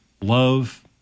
love